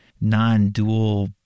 non-dual